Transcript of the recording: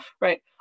right